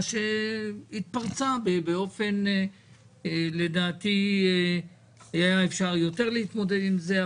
שהתפרצה באופן שלדעתי היה אפשר יותר להתמודד עם זה,